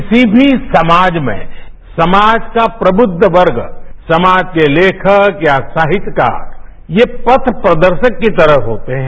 किसीभी समाज में समाज का प्रबुध वर्गसमाज के लेखक या साहित्यकार ये पथ प्रदर्शक की तरह होते हैं